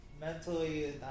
mentally